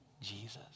Jesus